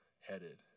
headed